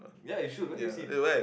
ya you should where do you see him